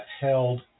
held